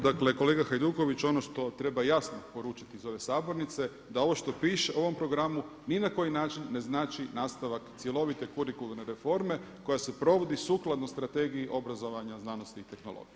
Dakle kolega Hajduković ono što treba jasno poručiti iz ove sabornice da ovo što piše u ovom programu ni na koji način ne znači nastavak cjelovite kurikularne reforme koja se provodi sukladno Strategiji obrazovanja, znanosti i tehnologije.